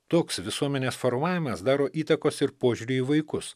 toks visuomenės formavimas daro įtakos ir požiūrį į vaikus